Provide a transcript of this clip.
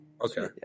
Okay